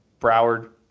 Broward